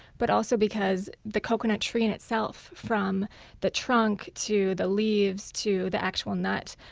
but also because the coconut tree and itself, from the trunk to the leaves to the actual nut,